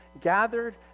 gathered